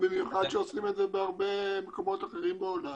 ובמיוחד כשעושים את זה בהרבה מקומות אחרים בעולם